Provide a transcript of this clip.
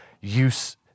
use